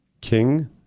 King